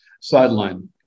sideline